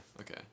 Okay